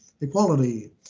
equality